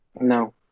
no